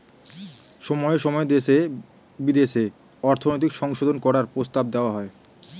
সময়ে সময়ে দেশে বিদেশে অর্থনৈতিক সংশোধন করার প্রস্তাব দেওয়া হয়